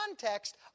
context